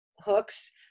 hooks